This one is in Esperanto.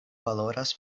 valoras